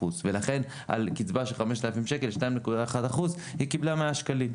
ולכן על קצבה של כ-5,000 ₪ היא קיבלה 100 ₪.